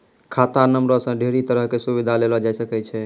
खाता नंबरो से ढेरी तरहो के सुविधा लेलो जाय सकै छै